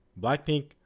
Blackpink